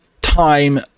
time